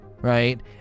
right